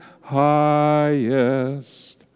highest